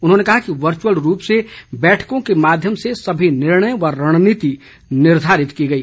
उन्होंने कहा कि वर्चुअल रूप से बैठकों के माध्यम से सभी निर्णय व रणनीति निर्धारित की गई